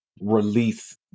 release